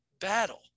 battle